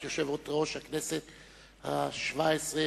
את יושבת-ראש הכנסת השבע-עשרה,